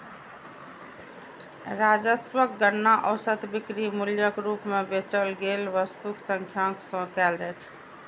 राजस्वक गणना औसत बिक्री मूल्यक रूप मे बेचल गेल वस्तुक संख्याक सं कैल जाइ छै